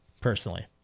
personally